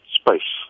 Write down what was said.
space